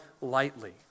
lightly